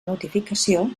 notificació